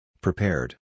Prepared